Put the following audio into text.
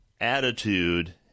attitude